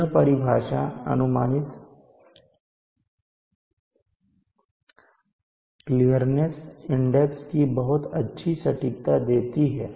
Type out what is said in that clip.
यह परिभाषा अनुमानित क्लियरनेस इंडेक्स की बहुत अच्छी सटीकता देती है